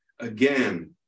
again